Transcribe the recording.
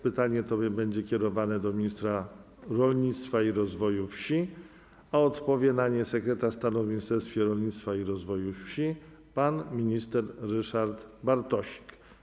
Pytanie to będzie kierowane do ministra rolnictwa i rozwoju wsi, a odpowie na nie sekretarz stanu w Ministerstwie Rolnictwa i Rozwoju Wsi pan minister Ryszard Bartosik.